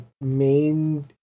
main